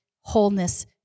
wholeness